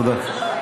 תודה.